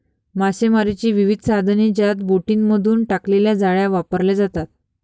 मासेमारीची विविध साधने ज्यात बोटींमधून टाकलेल्या जाळ्या वापरल्या जातात